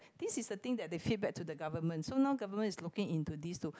this is the thing that they feedback to the government so now government is looking into this to